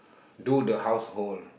do the household